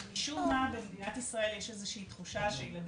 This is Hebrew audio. משום מה במדינת ישראל יש איזה שהיא תחושה שילדים